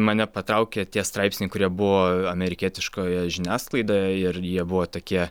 mane patraukė tie straipsniai kurie buvo amerikietiškoje žiniasklaidoje ir jie buvo tokie